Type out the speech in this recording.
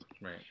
Right